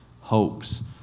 hopes